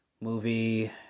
movie